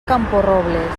camporrobles